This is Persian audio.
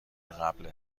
قبله